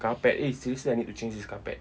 carpet eh seriously I need to change this carpet